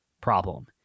problem